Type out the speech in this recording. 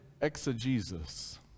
exegesis